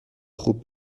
خوب